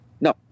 No